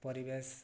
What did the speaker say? ପରିବେଶ